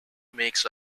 makes